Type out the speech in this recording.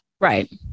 right